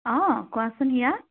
অঁ কোৱাচোন হিয়া